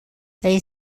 they